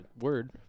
word